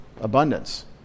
abundance